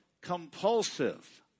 compulsive